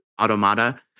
Automata